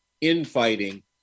infighting